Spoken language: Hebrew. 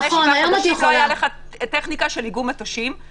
יש טכניקה של איגום מטושים,